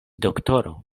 doktoro